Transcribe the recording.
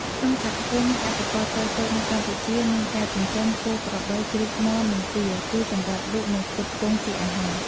ក្នុងសហគមន៍កសិករតូចៗនៅកម្ពុជា មានការចិញ្ចឹម គោ ក្របី ជ្រូក មាន់ និងទា គឺសម្រាប់លក់ និងផ្គត់ផ្គង់ជាអាហារ។